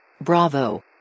Bravo